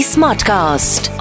Smartcast